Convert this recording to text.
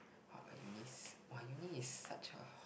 ah but unis !wah! uni is such a